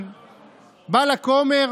תראה, אנחנו כבר כמה שנים בכנסת, ומופע אימים